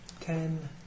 Ten